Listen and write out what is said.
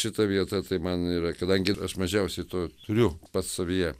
šita vieta tai man yra kadangi aš mažiausiai to turiu pats savyje